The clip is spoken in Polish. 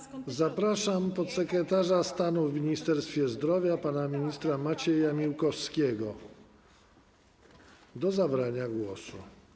Zapraszam podsekretarza stanu w Ministerstwie Zdrowia pana Macieja Miłkowskiego do zabrania głosu.